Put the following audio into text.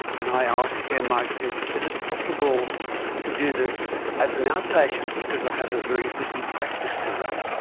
and i asked him, i said, is it possible to do this as an outpatient, because i have a very busy practice to run?